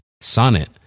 Sonnet